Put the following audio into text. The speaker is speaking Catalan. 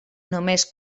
només